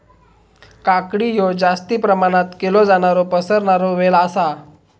काकडी हयो जास्ती प्रमाणात केलो जाणारो पसरणारो वेल आसा